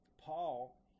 Paul